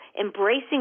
embracing